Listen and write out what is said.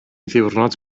ddiwrnod